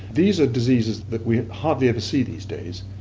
these are diseases that we hardly ever see these days